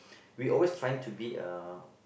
we always trying to be a